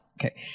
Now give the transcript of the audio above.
Okay